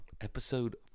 Episode